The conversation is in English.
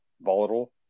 volatile